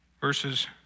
verses